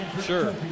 Sure